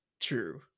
True